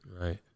Right